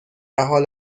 حال